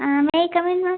may I come in ma'am